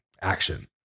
action